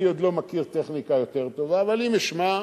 אני עוד לא מכיר טכניקה יותר טובה, אבל אם אשמע,